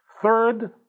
Third